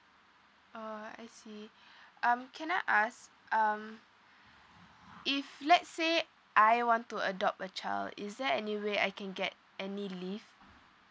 oh I see um can I ask um if let's say I want to adopt a child is there any way I can get any leave